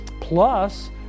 Plus